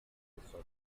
rosenthal